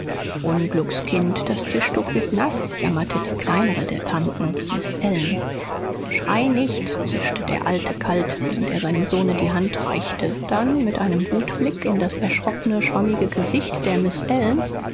unglückskind das tischtuch wird naß jammerte die kleinere der tanten miß ellen schrei nicht zischte der alte kalt während er seinem sohne die hand reichte dann mit einem wutblick in das erschrockne schwammige gesicht der miß ellen